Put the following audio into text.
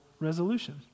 resolution